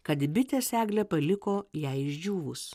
kad bitės eglę paliko jai išdžiūvus